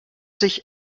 sich